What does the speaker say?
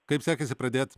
kaip sekėsi pradėt